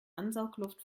ansaugluft